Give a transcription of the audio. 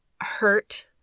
hurt